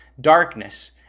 darkness